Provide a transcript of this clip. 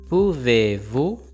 Pouvez-vous